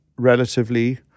relatively